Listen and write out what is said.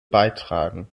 beitragen